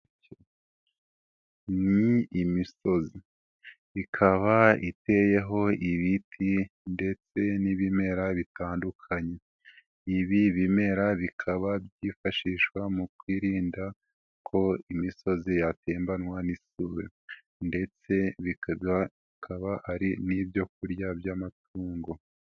Ni imisozi ikaba iteyeho ibiti ndetse n'ibimera bitandukanye, ibi bimera bikaba byifashishwa mu kwirinda ko imisozi yatembanywa n'isuri ndetse bikaba ari n'ibyo kurya by'amatungo.